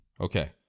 Okay